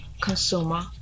consumer